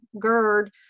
GERD